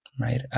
right